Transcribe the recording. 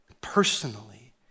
personally